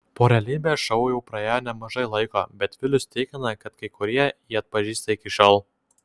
po realybės šou jau praėjo nemažai laiko bet vilius tikina kad kai kurie jį atpažįsta iki šiol